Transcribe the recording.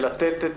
לתת את